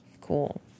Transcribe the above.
Cool